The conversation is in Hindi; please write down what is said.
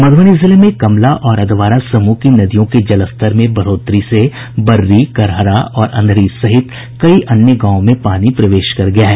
मध्रबनी जिले में कमला और अधवारा समूह की नदियों के जलस्तर में बढ़ोतरी से बर्री करहरा और अंधरी सहित कई अन्य गांवों में पानी प्रवेश कर गया है